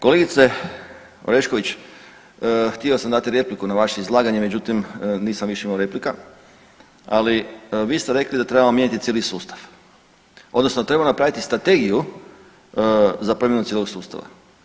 Kolegice Orešković, htio sam dati repliku na vaše izlaganje međutim nisam više imao replika, ali vi ste rekli da trebamo mijenjati cijeli sustav odnosno treba napraviti strategiju za promjenu cijelog sustava.